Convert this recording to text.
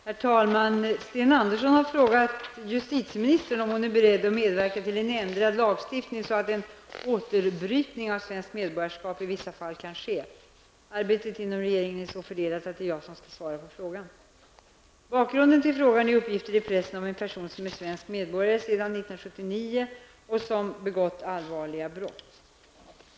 Herr talman! Sten Andersson i Malmö har frågat justitieministern om hon är beredd att medverka till ändrad lagstiftning så att återbrytning av svenskt medborgarskap i vissa fall kan ske. Arbetet inom regeringen är så fördelat att det är jag som skall svara på frågan. Bakgrunden till frågan är uppgifter i pressen om en person som är svensk medborgare sedan 1979 och som begått allvarliga brott.